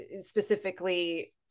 specifically